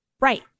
Right